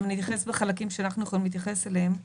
אבל אני אתייחס לחלקים שאנחנו יכולים להתייחס אליהם.